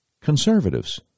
conservatives